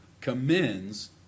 commends